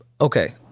Okay